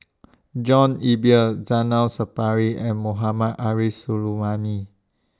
John Eber Zainal Sapari and Mohammad Arif Suhaimi